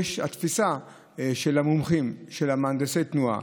התפיסה של המומחים, של מהנדסי התנועה,